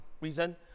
reason